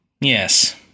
Yes